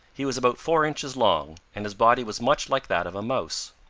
he was about four inches long, and his body was much like that of a mouse.